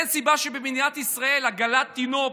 אין סיבה שבמדינת ישראל עגלת תינוק